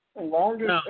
Longest